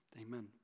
Amen